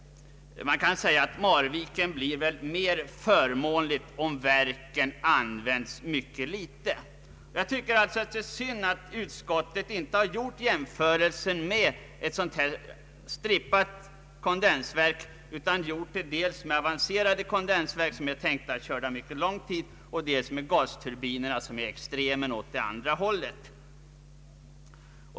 Man kan säga att Marviken blir mer förmånligt om verket används mycket litet. Jag tycker att det är skada att utskottet inte gjort jämförelsen med ett sådant strippat kondensverk utan i stället dels med avancerade kondensverk, som är tänkta att köra mycket lång tid, dels med gasturbiner som är extrema åt det andra hållet.